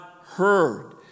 heard